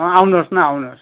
आउनुहोस् न आउनुहोस्